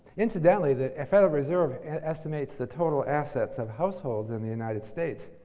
incidentally, the federal reserve estimates the total assets of households in the united states,